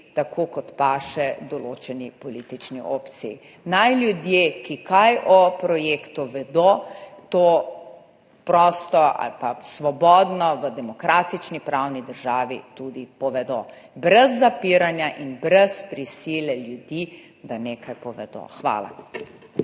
tako kot paše določeni politični opciji. Naj ljudje, ki o projektu kaj vedo, to prosto ali svobodno v demokratični pravni državi tudi povedo, brez zapiranja in brez prisile ljudi, da nekaj povedo. Hvala.